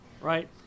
right